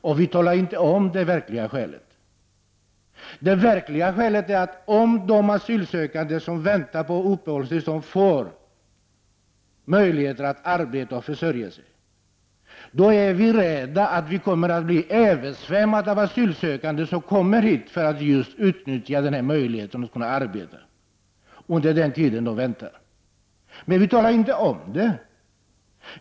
Men vi talar inte om det verkliga skälet. Det verkliga skälet är att om de asylsökande som väntar på uppehållstillstånd får möjlighet att arbeta och försörja sig, är vi rädda för att bli översvämmade av asylsökande som kommer hit för att utnyttja just möjligheten att kunna arbeta under den tid som de väntar.